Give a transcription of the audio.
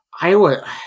Iowa